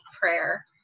prayer